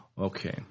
Okay